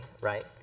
right